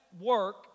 work